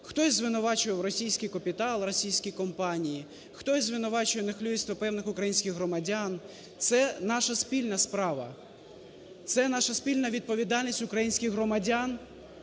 Хтось звинувачував російський капітал, російські компанії, хтось звинувачує нехлюйство певних українських громадян. Це наша спільна справа, це наша спільна відповідальність українських громадян,